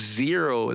zero